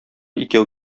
икәү